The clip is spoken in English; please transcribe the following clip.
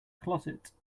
closet